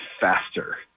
faster